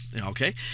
Okay